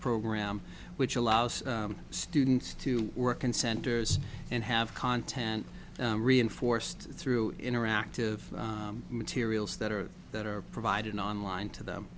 program which allows students to work in centers and have content reinforced through interactive materials that are that are provided online to them